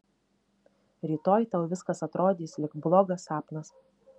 rytoj tau viskas atrodys lyg blogas sapnas